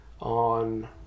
on